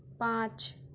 پانچ